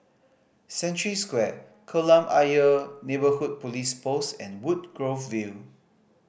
Century Square Kolam Ayer Neighbourhood Police Post and Woodgrove View